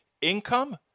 income